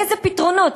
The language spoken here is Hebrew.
מה הפתרונות?